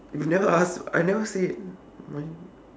you never ask I never say mine